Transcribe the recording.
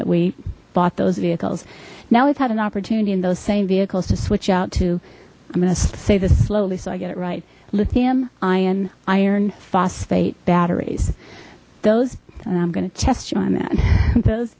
we bought those vehicles now we've had an opportunity and those same vehicles to switch out to i'm going to say this slowly so i get it right lithium ion iron phosphate batteries those and i'm going to test you on that those